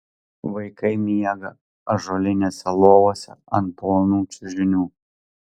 vaikai miega ąžuolinėse lovose ant plonų čiužinių